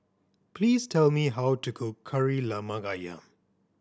please tell me how to cook Kari Lemak Ayam